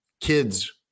kids